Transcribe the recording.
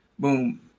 Boom